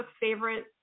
favorite